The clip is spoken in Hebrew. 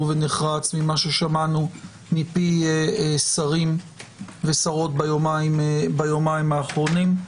ונחרץ ממה ששמענו מפי שרים ושרות ביומיים האחרונים.